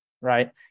right